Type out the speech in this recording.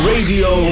Radio